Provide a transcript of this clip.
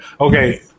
Okay